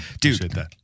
dude